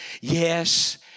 Yes